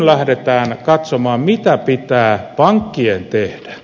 lähdetään katsomaan mitä pitää pankkien tehdä